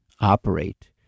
operate